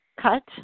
cut